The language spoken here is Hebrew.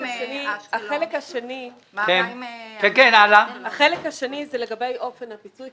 החלק השני הוא לגבי אופן הפיצוי.